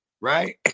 right